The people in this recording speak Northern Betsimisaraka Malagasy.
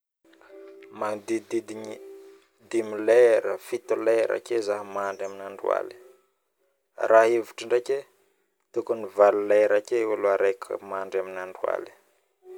magnodidigny, 5lera, 7lera zaho mandry amin'ny androaligny, raha ny hevitro ndraiky e tokoly 8lera ake ôlo araiky mandry amin'ny androaligny